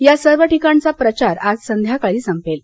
या सर्व ठिकाणाचा प्रचार आज संध्याकाळी संपेल